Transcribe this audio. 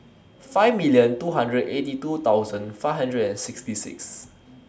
five million two hundred eighty two thousand five hundred and sixty six